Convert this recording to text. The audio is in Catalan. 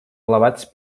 elevats